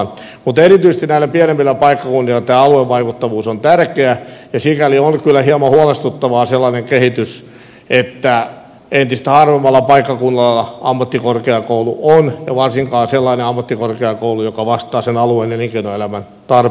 mutta erityisesti näillä pienemmillä paikkakunnilla tämä aluevaikuttavuus on tärkeä ja sikäli on kyllä hieman huolestuttavaa sellainen kehitys että entistä harvemmalla paikkakunnalla ammattikorkeakoulu on ja varsinkaan sellainen ammattikorkeakoulu joka vastaa sen alueen elinkeinoelämän tarpeisiin